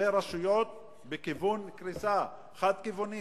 זה רשויות בכיוון קריסה, חד-כיווני.